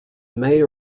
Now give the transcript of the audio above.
may